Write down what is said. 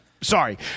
Sorry